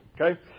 okay